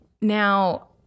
Now